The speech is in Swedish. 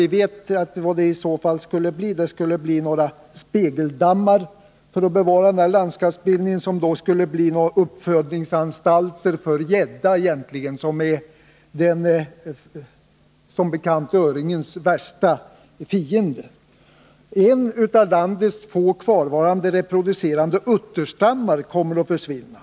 Vi vet att det i så fall skulle bli fråga om spegeldammar för att bevara landskapsbilden. De skulle bli någon sorts uppfödningsanstalter för gädda, som ju som bekant är öringens värsta fiende. En av landets få kvarvarande reproducerande utterstammar kommer att försvinna.